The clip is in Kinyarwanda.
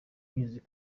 music